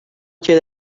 ket